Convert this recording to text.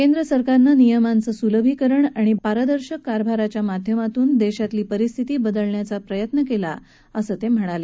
केंद्र सरकानं नियमांचं सुलभीकरण आणि पारदर्शक कारभाराच्या माध्यमातून देशातली परिस्थिती बदलण्याचा प्रयत्न केला असं ते म्हणाले